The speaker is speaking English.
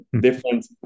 different